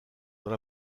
dans